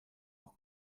leur